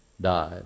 died